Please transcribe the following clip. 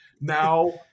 Now